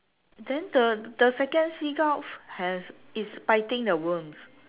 then the the second seagull has is biting the worms